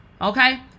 Okay